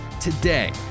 Today